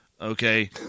Okay